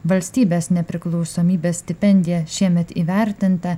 valstybės nepriklausomybės stipendija šiemet įvertinta